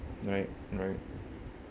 right right